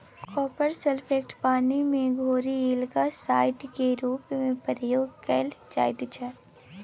copper sulphate केँ पानि मे घोरि एल्गासाइड केर रुप मे प्रयोग कएल जाइत छै